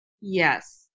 Yes